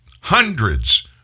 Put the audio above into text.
hundreds